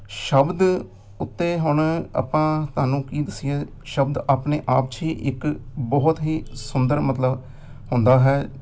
ਸ਼ਬਦ ਉੱਤੇ ਹੁਣ ਆਪਾਂ ਤੁਹਾਨੂੰ ਕੀ ਦੱਸੀਏ ਸ਼ਬਦ ਆਪਣੇ ਆਪ 'ਚ ਹੀ ਇੱਕ ਬਹੁਤ ਹੀ ਸੁੰਦਰ ਮਤਲਬ ਹੁੰਦਾ ਹੈ